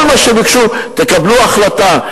כל מה שביקשו: תקבלו החלטה.